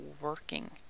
working